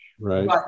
right